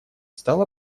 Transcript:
стало